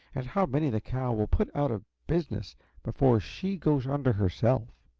and how many the cow will put out of business before she goes under herself.